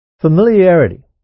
Familiarity